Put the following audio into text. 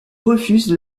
refuse